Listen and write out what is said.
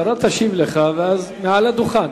השרה תשיב לך מעל הדוכן.